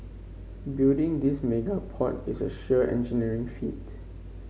building this mega port is a sheer engineering feat